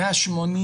180